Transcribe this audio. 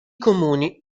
comuni